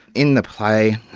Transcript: in the play,